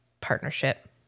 partnership